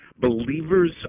Believers